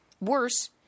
Worse